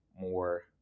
more